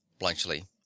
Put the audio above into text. bluntschli